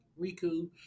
Riku